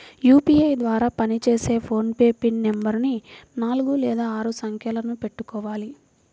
UPI ద్వారా పనిచేసే PhonePe pin నెంబరుని నాలుగు లేదా ఆరు సంఖ్యలను పెట్టుకోవాలి